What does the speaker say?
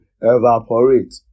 evaporate